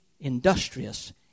industrious